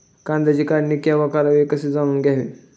कांद्याची काढणी केव्हा करावी हे कसे जाणून घ्यावे?